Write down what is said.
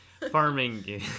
Farming